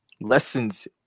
lessons